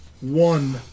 one